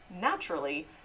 naturally